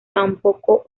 tampoco